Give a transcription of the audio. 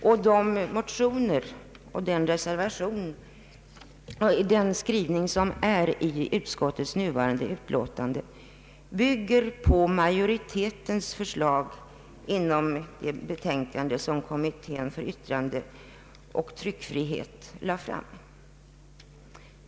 Såväl motioner som skrivningen i utskottets nuvarande utlåtande bygger på majoritetsförslaget i det betänkande som kommittén för yttrandeoch tryckfrihet lade fram.